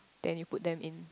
then you put them in